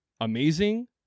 amazing